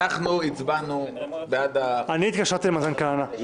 הצבענו בעד --- התקשרתי למתן כהנא,